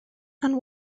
and